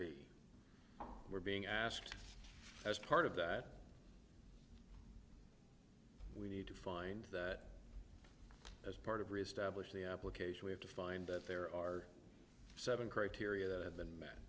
b we're being asked as part of that we need to find that as part of reestablish the application we have to find that there are seven criteria that